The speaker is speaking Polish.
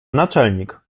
naczelnik